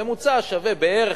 ממוצע שווה בערך,